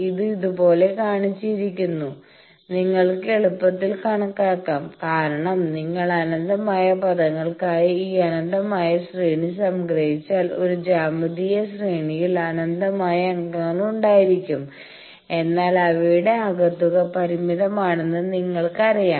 ഇത് ഇതുപോലെ കാണിച്ചിരിക്കുന്നു നിങ്ങൾക്ക് എളുപ്പത്തിൽ കണക്കാക്കാം കാരണം നിങ്ങൾ അനന്തമായ പദങ്ങൾക്കായി ഈ അനന്തമായ ശ്രേണി സംഗ്രഹിച്ചാൽ ഒരു ജ്യാമിതീയ ശ്രേണിയിൽ അനന്തമായ അംഗങ്ങളുണ്ടായിരിക്കും എന്നാൽ അവയുടെ ആകെത്തുക പരിമിതമാണെന്ന് നിങ്ങൾക്കറിയാം